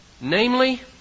Namely